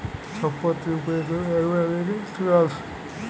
ছম্পত্তির উপ্রে ক্যরা ইমল ইক ইল্সুরেল্স